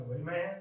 Amen